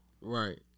Right